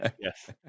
Yes